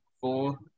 four